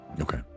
Okay